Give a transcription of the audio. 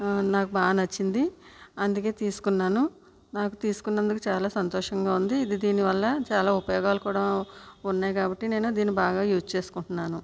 నాకు బాగా నచ్చింది అందుకే తీసుకున్నాను నాకు తీసుకున్నందుకు చాలా సంతోషంగా ఉంది ఇది దీనివల్ల చాలా ఉపయోగాలు కూడా ఉన్నాయి కాబట్టి నేను దీన్ని బాగా యూజ్ చేసుకుంటున్నాను